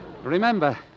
Remember